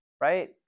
right